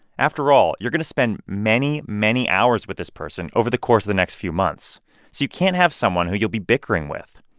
after all, you're going to spend many, many hours with this person over the course of the next few months. so you can't have someone who you'll be bickering with.